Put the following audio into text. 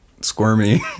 squirmy